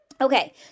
Okay